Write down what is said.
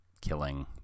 killing